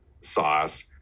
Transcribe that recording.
sauce